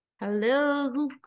Hello